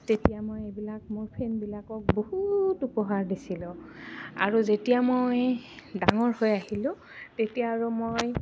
তেতিয়া মই এইবিলাক মোৰ বহুত উপহাৰ দিছিলোঁ আৰু যেতিয়া মই ডাঙৰ হৈ আহিলোঁ তেতিয়া আৰু মই